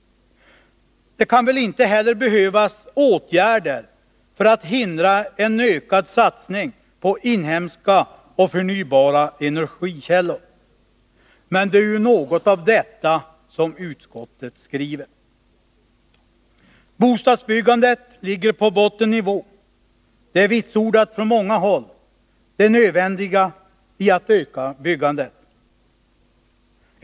Det kan väl inte heller behövas åtgärder för att hindra en ökad satsning på inhemska och förnybara energikällor, men det är ju något av detta som utskottet skriver. Bostadsbyggandet ligger på bottennivå, och från många håll vitsordas det nödvändigaiatt öka byggandet.